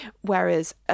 Whereas